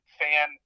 fan